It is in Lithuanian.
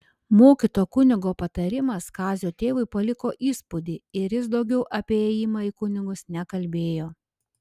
mokyto kunigo patarimas kazio tėvui paliko įspūdį ir jis daugiau apie ėjimą į kunigus nekalbėjo